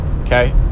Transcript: okay